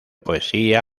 poesía